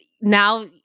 now